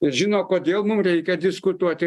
ir žino kodėl mum reikia diskutuoti